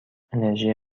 انرژی